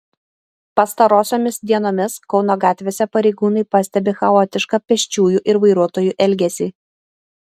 pastarosiomis dienomis kauno gatvėse pareigūnai pastebi chaotišką pėsčiųjų ir vairuotojų elgesį